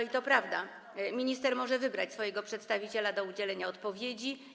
I to prawda: minister może wybrać swojego przedstawiciela do udzielenia odpowiedzi.